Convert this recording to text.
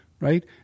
right